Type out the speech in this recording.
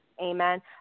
amen